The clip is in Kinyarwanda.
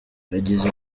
yagize